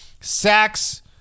Sacks